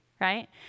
right